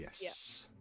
yes